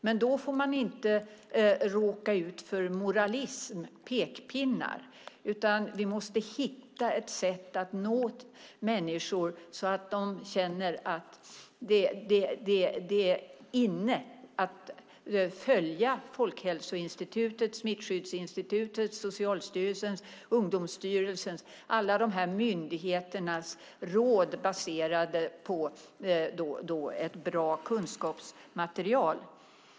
Men då får man inte råka ut för moralism och pekpinnar, utan vi måste hitta ett sätt att nå människor så att de känner att det är inne att följa Folkhälsoinstitutets, Smittskyddsinstitutets, Socialstyrelsens, Ungdomsstyrelsens och andra myndigheters råd, som är baserade på ett bra kunskapsmaterial.